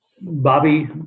Bobby